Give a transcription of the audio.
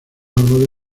árboles